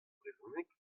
brezhoneg